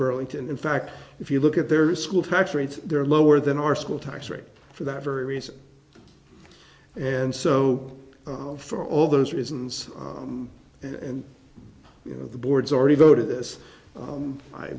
burlington in fact if you look at their school tax rates they're lower than our school tax rate for that very reason and so for all those reasons and you know the board's already voted this